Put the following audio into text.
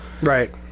right